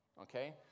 okay